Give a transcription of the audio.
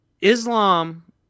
Islam